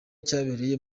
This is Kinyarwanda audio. cyabereye